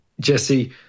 Jesse